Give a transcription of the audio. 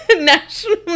national